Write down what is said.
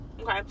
Okay